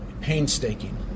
painstaking